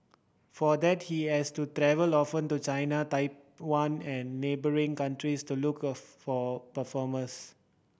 for that he has to travel often to China Taiwan and neighbouring countries to look for performers